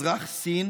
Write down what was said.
אזרח סין